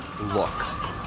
Look